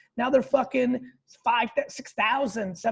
now they're fucking five, six thousand, so